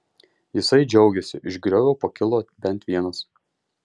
jisai džiaugėsi iš griovio pakilo bent vienas